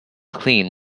clean